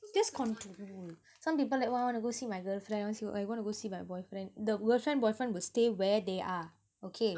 just control some people like !wah! I wanna go see my girlfriend what see wanna go see my boyfriend the girlfriend boyfriend will stay where they are okay